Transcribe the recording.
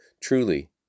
Truly